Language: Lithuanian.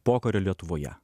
pokario lietuvoje